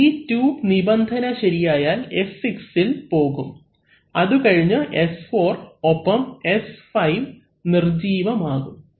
T2 നിബന്ധന ശരിയായാൽ S6ഇൽ പോകും അതുകഴിഞ്ഞ് S4 ഒപ്പം S5 നിർജീവം ആകും